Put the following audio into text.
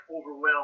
overwhelmed